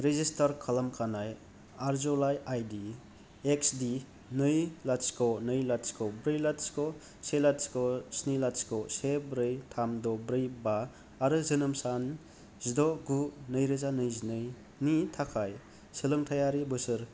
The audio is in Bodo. रेजिस्टार खालामखानाय आरज'लाइ आई डी एक्स डी नै लाथिख' नै लाथिख' ब्रै लाथिख' से लाथिख' स्नि लाथिख' से ब्रै थाम द' ब्रै बा आरो जोनोम सान जिद' गु नै रोजा नैजिनै नि थाखाय सालोंथायारि बोसोर